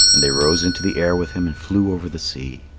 and they rose into the air with him and flew over the sea.